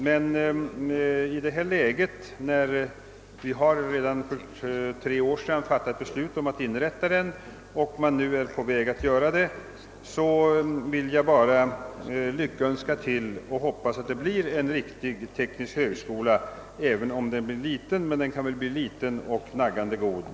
Men vi fattade redan för tre år sedan beslut om att inrätta den, och när man nu är på väg att göra det vill jag bara lyckönska och hoppas att det blir en fullgod teknisk högskola även om den blir liten. Den kan ju bli liten och naggande god.